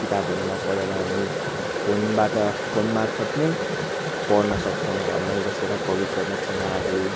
किताबहरू नपढेर हामी फोनबाट फोन मार्फत नै पढ्न सक्छौँ घरमै बसेर कविको रचनाहरू